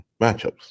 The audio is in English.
matchups